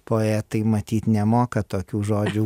poetai matyt nemoka tokių žodžių